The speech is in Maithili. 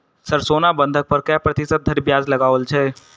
सर सोना बंधक पर कऽ प्रतिशत धरि ब्याज लगाओल छैय?